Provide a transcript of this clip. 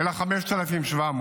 אלא 5,700,